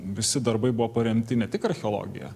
visi darbai buvo paremti ne tik archeologija